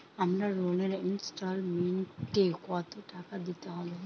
আমার লোনের ইনস্টলমেন্টৈ কত টাকা দিতে হবে?